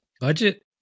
Budget